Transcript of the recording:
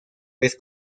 vez